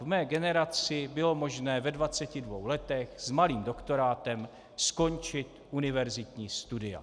V mé generaci bylo možné ve dvaceti dvou letech s malým doktorátem skončit univerzitní studia.